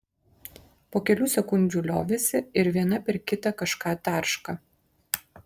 po kelių sekundžių liovėsi ir viena per kitą kažką tarška